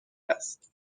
است